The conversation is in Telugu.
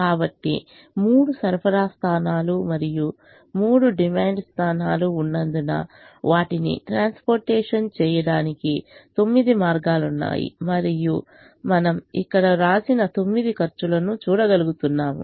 కాబట్టి మూడు సరఫరా స్థానాలు మరియు మూడు డిమాండ్ స్థానలు ఉన్నందున వాటిని ట్రాన్స్పోర్టేషన్ చేయడానికి తొమ్మిది మార్గాలు ఉన్నాయి మరియు మీరు ఇక్కడ వ్రాసిన తొమ్మిది ఖర్చులను చూడగలుగుతారు